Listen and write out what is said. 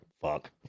fuck